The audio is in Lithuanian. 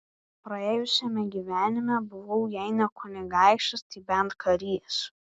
praėjusiame gyvenime buvau jei ne kunigaikštis tai bent karys